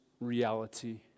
reality